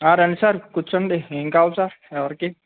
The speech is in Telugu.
ఆ రండి సార్ కూర్చోండి ఏం కావాలి సార్ ఎవరికీ